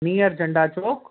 near Jhanda Chowk